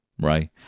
Right